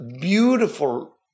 beautiful